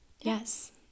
Yes